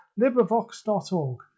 librivox.org